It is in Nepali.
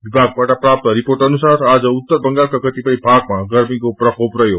विभागबाट प्राप्त रिपोट अनुसार आज उत्तर बंगालका कतिपय भागमा गर्मीको प्रकोप रहयो